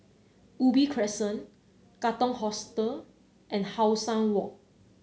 Ubi Crescent Katong Hostel and How Sun Walk